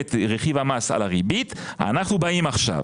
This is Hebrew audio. את רכיב המס על הריבית, אנחנו באים עכשיו